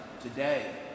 today